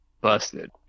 busted